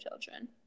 children